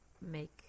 make